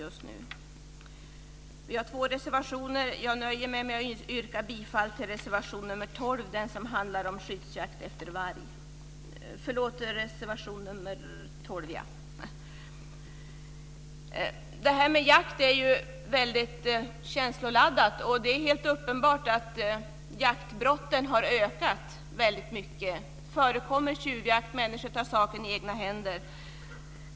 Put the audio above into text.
Vi har, som sagt, två reservationer, men jag nöjer mig med att yrka bifall till reservation nr 12, som handlar om skyddsjakt på varg. Detta med jakt är väldigt känsloladdat. Det är helt uppenbart att jaktbrotten har ökat. Det förekommer tjuvjakt och människor tar saken i egna händer.